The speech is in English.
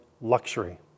luxury